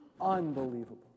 Unbelievable